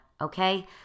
Okay